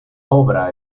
obra